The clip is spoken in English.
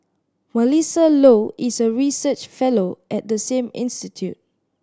Melissa Low is a research fellow at the same institute